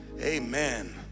amen